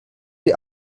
die